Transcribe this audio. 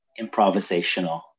improvisational